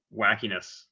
wackiness